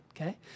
okay